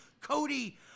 Cody